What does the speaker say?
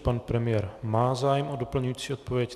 Pan premiér má zájem o doplňující odpověď.